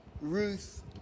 Ruth